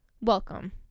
Welcome